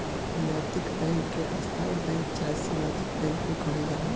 नैतिक बैंक के स्थायी बैंक चाहे सामाजिक बैंक भी कहल जाला